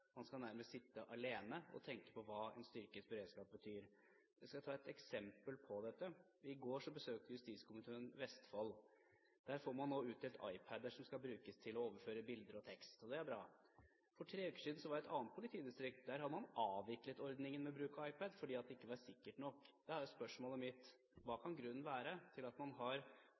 man nærmest skal sitte alene og tenke på hva en styrket beredskap betyr. Jeg skal ta et eksempel på dette. I går besøkte justiskomiteen Vestfold. Der får man nå utdelt iPad-er som skal brukes til å overføre bilder og tekst, og det er bra. For tre uker siden var jeg i et annet politidistrikt. Der har man avviklet ordningen med bruk av iPad fordi det ikke var sikkert nok. Da er spørsmålet mitt: Hva kan grunnen være til at man har